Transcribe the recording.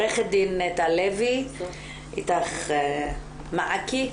עו"ד טל לוי מארגון 'אית"ך, מעכי'.